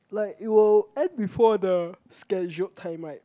like it will end before the scheduled time right